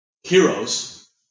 heroes